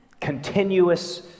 Continuous